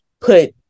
put